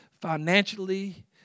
financially